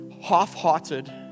half-hearted